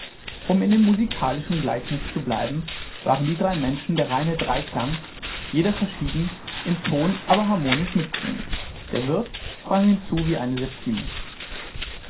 um in dem musikalischen gleichnis zu bleiben waren die drei menschen der reine dreiklang jeder verschieden im ton aber harmonisch mitklingend der wirt sprang hinzu wie eine septime